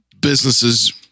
businesses